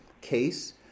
case